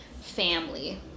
Family